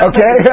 Okay